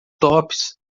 tops